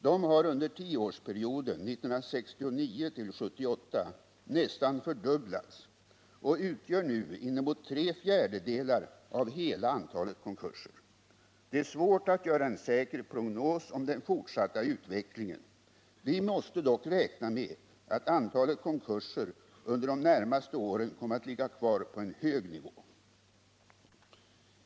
De har under tioårsperioden 1969-1978 nästan fördubblats och utgör nu inemot tre fjärdedelar av hela antalet konkurser. Det är svårt att göra en säker prognos om den fortsatta utvecklingen. Vi måste dock räkna med att antalet konkurser under de närmaste åren kommer att ligga kvar på en hög nivå.